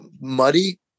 muddy